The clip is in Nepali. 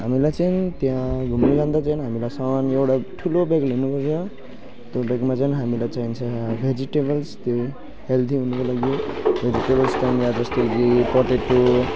हामीलाई चाहिँ त्यहाँ घुम्न जाँदा चाहिँ हामीलाई सामान एउटा ठुलो ब्याग लिनुपर्छ त्यो ब्यागमा चाहिँ हामीलाई चाहिन्छ भेजिटेबल्स त्यो हेल्दी हुनको लागि भेजिटेबल्स बिट पोटेटो